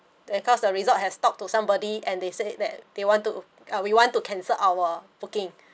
because the resort has talked to somebody and they said that they want to uh we want to cancel our booking